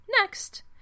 Next